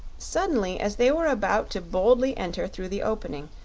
suddenly, as they were about to boldly enter through the opening,